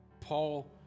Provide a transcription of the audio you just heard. Paul